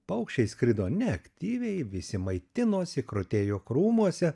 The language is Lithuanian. paukščiai skrido neaktyviai visi maitinosi krutėjo krūmuose